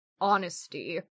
honesty